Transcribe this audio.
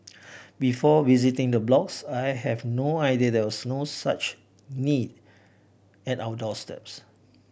before visiting the blocks I have no idea there was so such need at our doorstep